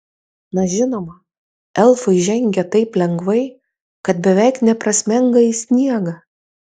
na žinoma elfai žengia taip lengvai kad beveik neprasmenga į sniegą